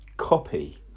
copy